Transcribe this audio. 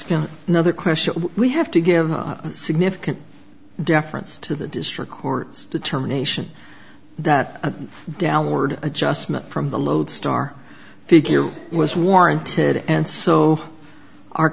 as another question we have to give a significant deference to the district court's determination that a downward adjustment from the lodestar figure was warranted and so our